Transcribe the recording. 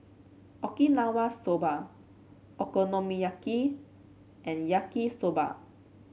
Okinawa Soba Okonomiyaki and Yaki Soba